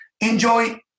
enjoy